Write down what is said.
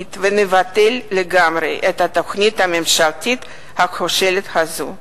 סופית ונבטל לגמרי את התוכנית הממשלתית הכושלת הזו.